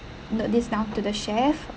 note this down to the chef